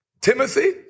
Timothy